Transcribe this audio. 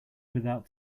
without